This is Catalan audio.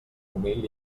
humil